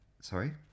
Sorry